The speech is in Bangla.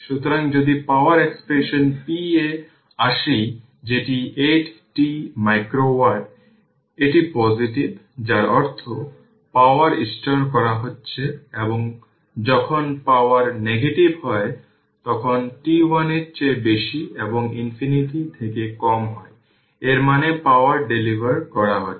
সুতরাং যদি পাওয়ার এক্সপ্রেশন p এ আসি যেটি 8 t মাইক্রো ওয়াট এটি পজিটিভ যার অর্থ পাওয়ার স্টোর করা হচ্ছে এবং যখন পাওয়ার নেগেটিভ হয় তখন t 1 এর চেয়ে বেশি এবং ইনফিনিটি থেকে কম হয় এর মানে পাওয়ার ডেলিভার করা হচ্ছে